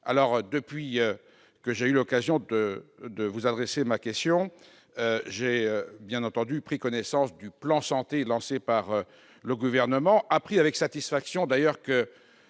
Depuis que j'ai eu l'occasion de vous adresser ma question, j'ai, bien entendu, pris connaissance du plan Santé lancé par le Gouvernement, constatant avec satisfaction que